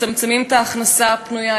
מצמצמים את ההכנסה הפנויה,